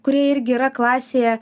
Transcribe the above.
kurie irgi yra klasėje